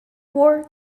war